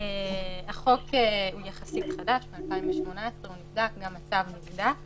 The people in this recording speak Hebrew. החוק יחסית חדש מ-2018 והוא נבדק, גם הצו נבדק,